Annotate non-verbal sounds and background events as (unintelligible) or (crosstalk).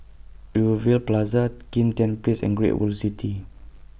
(unintelligible) Plaza Kim Tian Place and Great World City